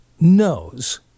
knows